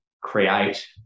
create